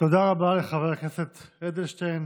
תודה רבה לחבר הכנסת אדלשטיין.